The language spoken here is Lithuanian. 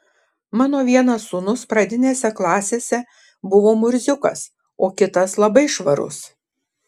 mano vienas sūnus pradinėse klasėse buvo murziukas o kitas labai švarus